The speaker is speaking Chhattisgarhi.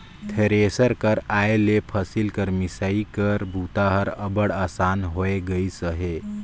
थेरेसर कर आए ले फसिल कर मिसई कर बूता हर अब्बड़ असान होए गइस अहे